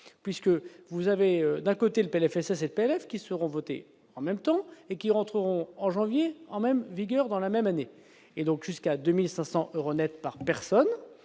puisque vous avez d'un côté, le téléphone, ça c'était élèves qui seront votées en même temps et qui rentreront en janvier en même vigueur dans la même année et donc jusqu'à 2500 euros nets par personne,